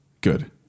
Good